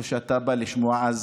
טוב שאתה בא לשמוע, אז